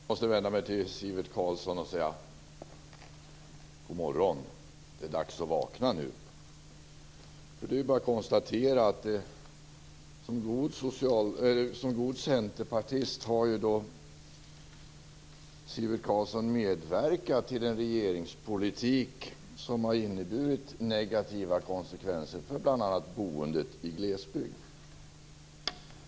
Fru talman! Jag måste vända mig till Sivert Carlsson och säga: God morgon, det är dags att vakna nu. Det är bara att konstatera att Sivert Carlsson som god centerpartist har medverkat till en regeringspolitik som inneburit negativa konsekvenser för bl.a. boendet i glesbygd.